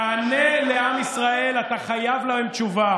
תענה לעם ישראל, אתה חייב לו תשובה,